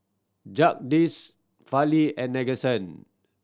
Jagadish Fali and Nadesan